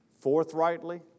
forthrightly